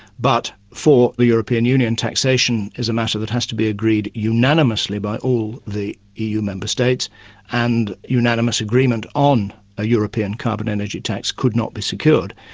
but for the european union taxation is a matter that has to be agreed unanimously by all the new member-states and unanimous agreement on a european carbon energy tax could not be secured.